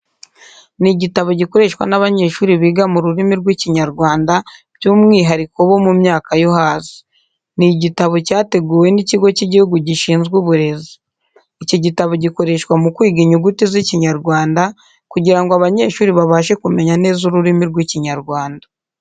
Ni igitabo gikoreshwa n'abanyeshuri biga mu rurimi rw'Ikinyarwanda by'umwihariko bo mu myaka yo hasi. Ni igitabo cyateguwe n'Ikigo cy'Igihugu gishinzwe Uburezi. Iki gitabo gikoreshwa mu kwiga inyuguti z'Ikinyarwanda kugira ngo abanyeshuri babashe kumenya neza ururimi rw'Ikinyarwanda.